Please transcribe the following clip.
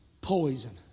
poison